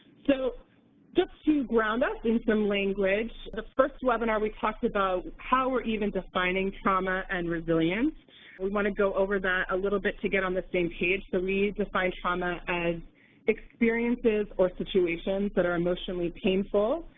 so just to ground us in some language the first webinar we talked about how we're even defining trauma and resilience we want to go over that a little bit to get on the same page. so we define trauma as experiences or situations that are emotionally painful,